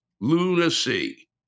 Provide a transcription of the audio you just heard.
Lunacy